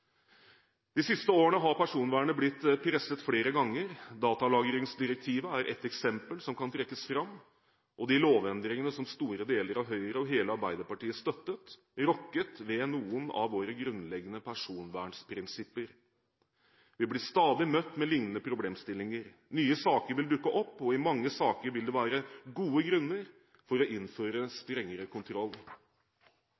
De siste årene har personvernet blitt presset flere ganger. Datalagringsdirektivet er ett eksempel som kan trekkes fram, og de lovendringene som store deler av Høyre og hele Arbeiderpartiet støttet, rokket ved noen av våre grunnleggende personvernprinsipper. Vi blir stadig møtt med lignende problemstillinger. Nye saker vil dukke opp, og i mange saker vil det være gode grunner for å innføre